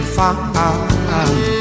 find